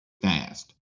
fast